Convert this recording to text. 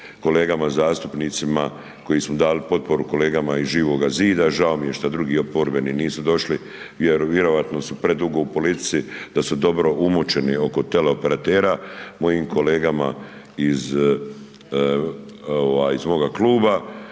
kolegama zastupnicima koji su dali potporu kolegama iz Živoga zida, žao mi je što drugi oporbeni nisu došli, vjerojatno su predugo u politici, da su dobro umočeni oko teleoperatera, mojim kolegama iz moga kluba,